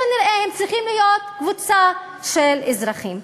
כנראה הם צריכים להיות קבוצה של אזרחים.